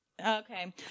Okay